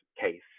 case